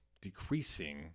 decreasing